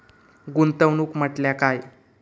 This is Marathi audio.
गुंतवणूक म्हटल्या काय?